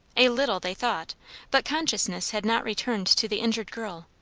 a little, they thought but consciousness had not returned to the injured girl,